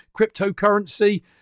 cryptocurrency